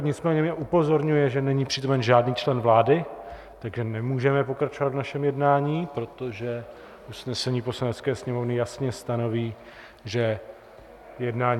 Nicméně mě upozorňuje, že není přítomen žádný člen vlády, tak nemůžeme pokračovat v našem jednání, protože usnesení Poslanecké sněmovny jasně stanoví, že jednání